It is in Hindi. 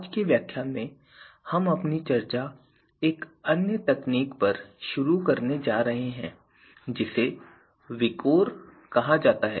आज के व्याख्यान में हम अपनी चर्चा एक अन्य तकनीक पर शुरू करने जा रहे हैं जिसे विकोर कहा जाता है